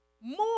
more